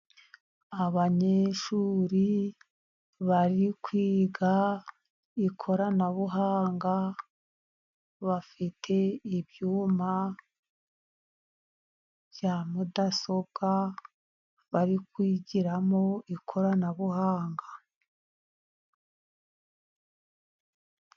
Abanyeshuri bari kwiga ikoranabuhanga, bafite ibyuma bya mudasobwa bari kwigiramo ikoranabuhanga.